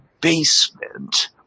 basement